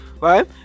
Right